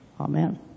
Amen